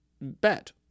bet